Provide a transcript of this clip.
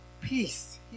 peace